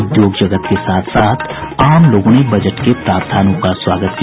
उद्योग जगत के साथ साथ आम लोगों ने बजट के प्रावधानों का स्वागत किया